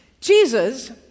Jesus